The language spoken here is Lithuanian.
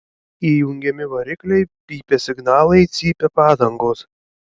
įjungiami varikliai pypia signalai cypia padangos